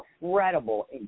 incredible